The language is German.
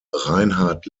reinhard